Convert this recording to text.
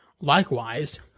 likewise